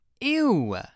Ew